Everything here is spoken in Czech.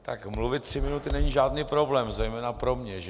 Tak mluvit tři minuty není žádný problém, zejména pro mě.